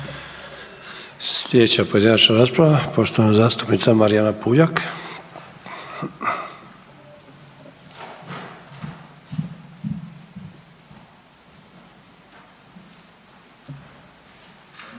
Slijedeća pojedinačna rasprava, poštovana zastupnica Marijana Puljak.